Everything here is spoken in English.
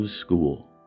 school